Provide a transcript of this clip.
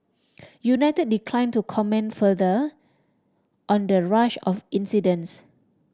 United declined to comment further on the rash of incidents